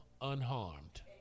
unharmed